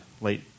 late